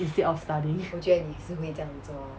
instead of studying